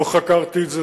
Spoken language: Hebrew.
לא חקרתי את זה,